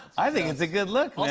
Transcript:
i think it's a good look, man.